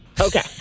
Okay